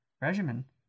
regimen